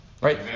right